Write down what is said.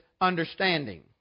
understanding